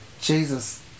Jesus